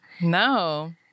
No